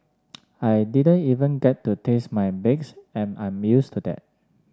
I didn't even get to taste my bakes and I'm used to that